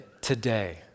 today